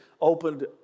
opened